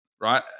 right